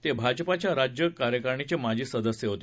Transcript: ते भाजपाच्या राज्य कार्यकारणीचे माजी सदस्य होते